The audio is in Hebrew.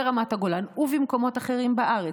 ברמת הגולן ובמקומות אחרים בארץ.